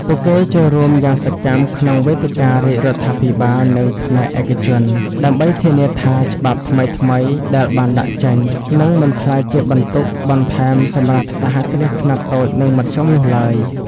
ពួកគេចូលរួមយ៉ាងសកម្មក្នុងវេទិការាជរដ្ឋាភិបាល និងផ្នែកឯកជន ដើម្បីធានាថាច្បាប់ថ្មីៗដែលបានដាក់ចេញ នឹងមិនក្លាយជាបន្ទុកបន្ថែមសម្រាប់សហគ្រាសខ្នាតតូច និងមធ្យមនោះឡើយ។